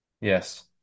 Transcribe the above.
Yes